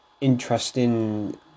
interesting